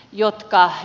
jotka he